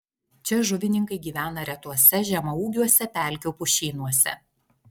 čia žuvininkai gyvena retuose žemaūgiuose pelkių pušynuose